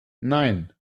nein